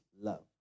love